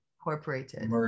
incorporated